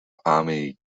army